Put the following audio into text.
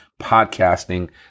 podcasting